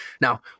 Now